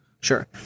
Sure